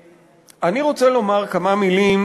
אני רוצה לומר כמה מילים,